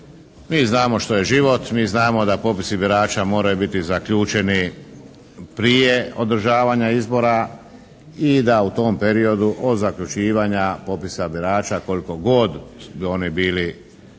mi znamo što je život. Mi znamo da popisi birača moraju biti zaključeni prije održavanja izbora i da u tom periodu od zaključivanja popisa birača koliko god oni bili ažurni